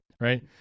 right